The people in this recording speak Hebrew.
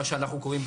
מה שאנחנו קוראים,